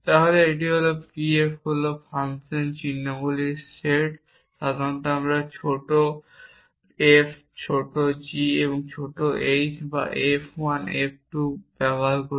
তাহলে এটি হল PF হল ফাংশন চিহ্নগুলির সেট সাধারণত আমরা ছোট f ছোট g ছোট h বা f 1 f 2 ব্যবহার করি